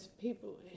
people